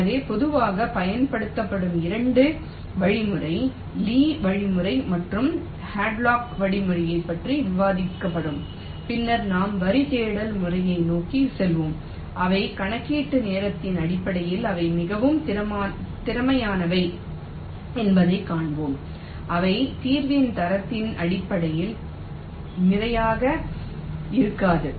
எனவே பொதுவாகப் பயன்படுத்தப்படும் 2 வழிமுறை லீயின் வழிமுறை மற்றும் ஹாட்லாக் வழிமுறையைப் பற்றி விவாதிக்கப்படும் பின்னர் நாம் வரி தேடல் வழிமுறையை நோக்கி செல்வோம் அவை கணக்கீட்டு நேரத்தின் அடிப்படையில் அவை மிகவும் திறமையானவை என்பதைக் காண்போம் அவை தீர்வின் தரத்தின் அடிப்படையில் திறமையாக இருக்காது